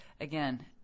again